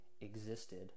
existed